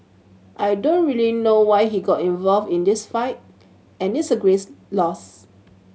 I don't really know why he got involved in this fight and it's a greats loss